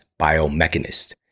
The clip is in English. biomechanist